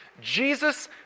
Jesus